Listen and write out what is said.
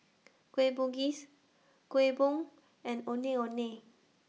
Kueh Bugis Kuih Bom and Ondeh Ondeh